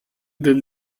del